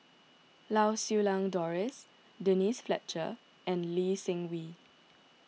Lau Siew Lang Doris Denise Fletcher and Lee Seng Wee